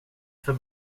för